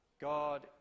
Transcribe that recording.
God